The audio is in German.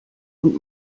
und